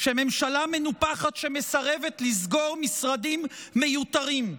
שממשלה מנופחת שמסרבת לסגור משרדים מיותרים,